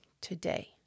today